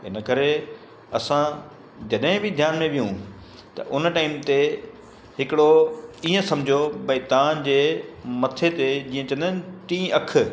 इनकरे असां जॾहिं बि ध्यान में विहूं त हुन टाइम ते हिकिड़ो इअं समुझो भई तव्हांजे मथे ते जीअं चवंदा आहिनि टी अखि